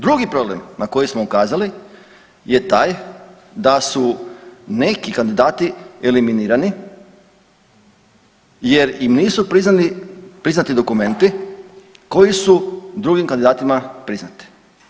Drugi problem na koji smo ukazali je taj da su neki kandidati eliminirani jer im nisu priznati dokumenti koji su drugim kandidatima priznati.